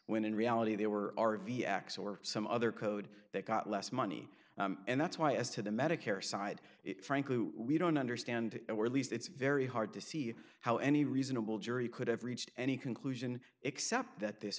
when in reality they were r v x or some other code that got less money and that's why as to the medicare side it frankly we don't understand or at least it's very hard to see how any reasonable jury could have reached any conclusion except that this